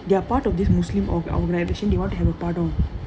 they're part of this muslim or~ organisation they want to have a pardong